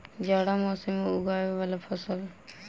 जाड़ा मौसम मे उगवय वला फसल?